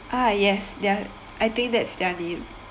ah yes their I think that's their names